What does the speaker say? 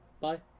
Bye